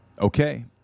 okay